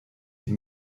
die